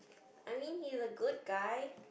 I mean he's a good guy